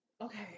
Okay